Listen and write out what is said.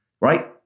right